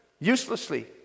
uselessly